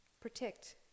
Protect